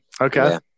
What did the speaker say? Okay